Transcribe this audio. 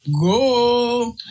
go